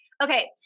Okay